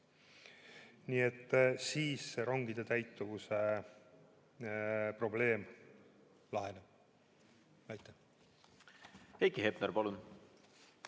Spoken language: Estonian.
Nii et siis see rongide täitumuse probleem laheneb. Aitäh!